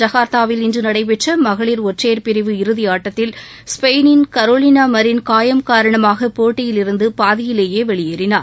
ஐகார்த்தாவில் இன்று நடைபெற்ற மகளிர் ஒற்றையர் பிரிவு இறுதியாட்டத்தில் ஸ்பெயினின் கரோலினா மரின் காயம் காரணமாக போட்டியிலிருந்து பாதியிலேயே வெளியேறினார்